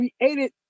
created